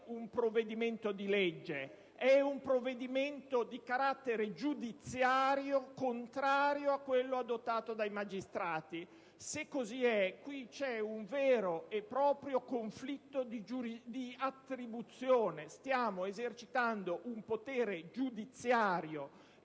un provvedimento di legge, è un provvedimento di carattere sostanzialmente giudiziario, contrario a quello adottato dai magistrati. Se così è, qui c'è un vero e proprio conflitto di attribuzione. Stiamo esercitando un potere giudiziario